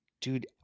Dude